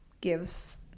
gives